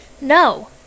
No